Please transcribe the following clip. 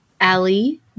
Ali